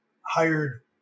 hired